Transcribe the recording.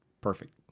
perfect